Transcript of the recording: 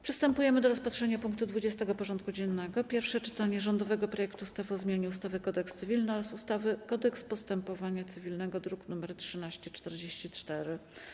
Przystępujemy do rozpatrzenia punktu 20. porządku dziennego: Pierwsze czytanie rządowego projektu ustawy o zmianie ustawy - Kodeks cywilny oraz ustawy - Kodeks postępowania cywilnego (druk nr 1344)